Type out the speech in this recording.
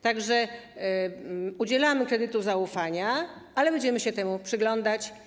Tak że udzielamy kredytu zaufania, ale będziemy się temu przyglądać.